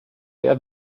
have